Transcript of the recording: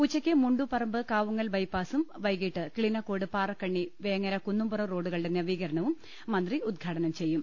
ഉച്ചയ്ക്ക് മുണ്ടുപറമ്പ് കാവുങ്ങൽ ബൈപ്പാസും വൈകീട്ട് കിളിനക്കോട് പാറക്കണ്ണി വേങ്ങര കുന്നുംപുറം റോഡുകളുടെ നവീകരണവും മന്ത്രി ഉദ്ഘാടനം ചെയ്യും